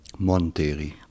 Monteri